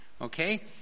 okay